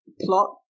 plot